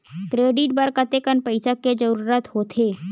Credit बर कतेकन पईसा के जरूरत होथे?